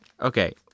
Okay